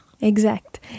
Exact